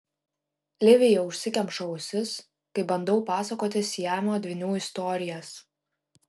livija užsikemša ausis kai bandau pasakoti siamo dvynių istorijas